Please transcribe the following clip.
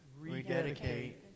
rededicate